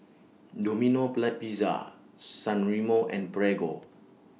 Domino Plat Pizza San Remo and Prego